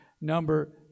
Number